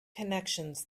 connections